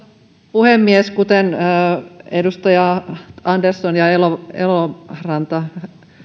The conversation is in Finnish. puhemies kuten edustaja andersson ja eloranta eloranta